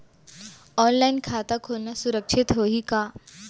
Online खाता खोलना सुरक्षित होही का?